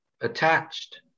attached